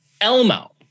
Elmo